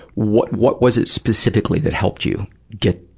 what what was it specifically that helped you get